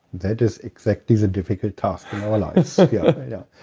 that is exactly the difficult task so yeah. yeah.